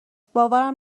باورم